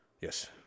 Yes